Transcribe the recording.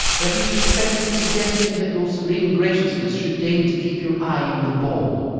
that he is respectfully suggesting that your serene graciousness should deign to keep your eye on the ball.